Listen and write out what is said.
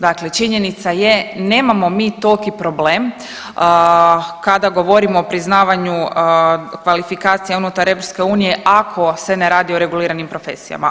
Dakle činjenica je, nemamo mi toliki problem kada govorimo o priznavanju kvalifikacija unutar EU ako se ne radi o reguliranim profesijama.